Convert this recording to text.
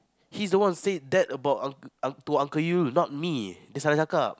he's the one said that about uncle to uncle you not me dia salah cakap